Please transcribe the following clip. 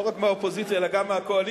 לא רק מהאופוזיציה אלא גם מהקואליציה,